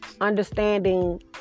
understanding